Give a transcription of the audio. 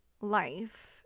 life